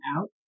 out